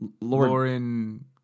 Lauren